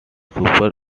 super